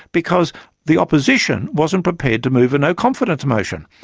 because the opposition wasn't prepared to move a no confidence motion,